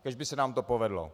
Kéž by se nám to povedlo.